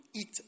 eat